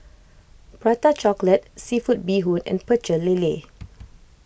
Prata Chocolate Seafood Bee Hoon and Pecel Lele